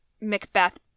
Macbeth